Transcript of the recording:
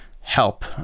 help